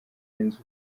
yunze